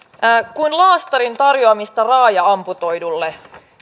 kuin laastarin tarjoamista raaja amputoidulle